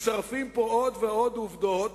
מצטרפות פה עוד ועוד עובדות